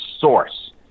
source